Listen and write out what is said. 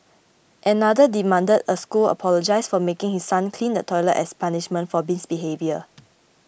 another demanded a school apologise for making his son clean the toilet as punishment for misbehaviour